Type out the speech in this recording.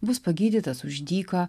bus pagydytas už dyką